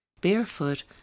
Barefoot